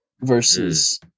Versus